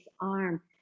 arm